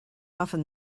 often